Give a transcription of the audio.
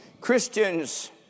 Christians